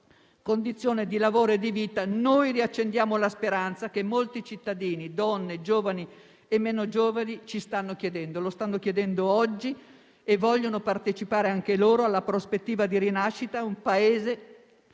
condizione di lavoro e di vita, si riaccende la speranza che molti cittadini, donne, giovani e meno giovani ci stanno chiedendo oggi e volendo partecipare anche loro alla prospettiva di rinascita di un Paese